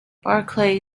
barclay